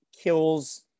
kills